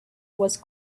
was